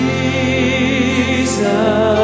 Jesus